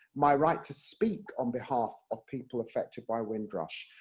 my right to speak on behalf of people affected by windrush,